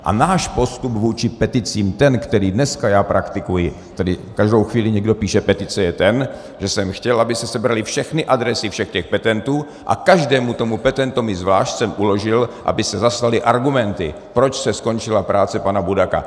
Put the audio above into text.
A náš postup vůči peticím, ten, který dneska já praktikuji, tedy každou chvíli někdo píše petici, je ten, že jsem chtěl, aby se sebraly všechny adresy všech petentů, a každému tomu petentovi zvlášť jsem uložil, aby se zaslaly argumenty, proč se skončila práce pana Budaka.